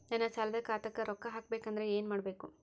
ನನ್ನ ಸಾಲದ ಖಾತಾಕ್ ರೊಕ್ಕ ಹಾಕ್ಬೇಕಂದ್ರೆ ಏನ್ ಮಾಡಬೇಕು?